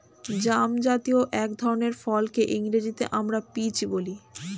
জামজাতীয় এক ধরনের ফলকে ইংরেজিতে আমরা পিচ বলি